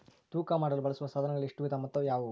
ತೂಕ ಮಾಡಲು ಬಳಸುವ ಸಾಧನಗಳಲ್ಲಿ ಎಷ್ಟು ವಿಧ ಮತ್ತು ಯಾವುವು?